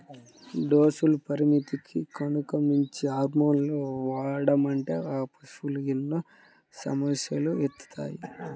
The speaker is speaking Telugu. డోసుల పరిమితికి గనక మించి హార్మోన్లను వాడామంటే ఆ పశువులకి ఎన్నో సమస్యలొత్తాయి